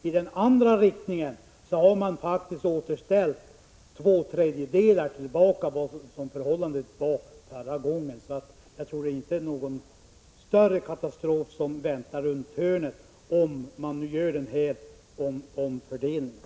i den andra riktningen så har man faktiskt återställt två tredjedelar av det belopp som fanns förut. Jag tror alltså inte att någon större katastrof väntar runt hörnet om man gör den här omfördelningen.